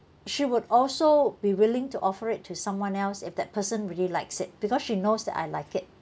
she would also be willing to offer it to someone else if that person really likes it because she knows that I like it